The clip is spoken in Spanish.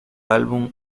álbum